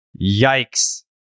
Yikes